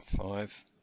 Five